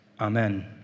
Amen